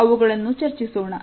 ಅವುಗಳನ್ನು ಚರ್ಚಿಸೋಣ